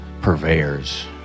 purveyors